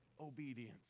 obedience